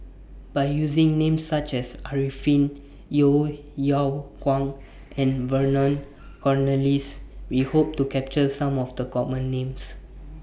By using Names such as Arifin Yeo Yeow Kwang and Vernon Cornelius We Hope to capture Some of The Common Names